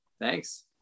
thanks